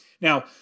Now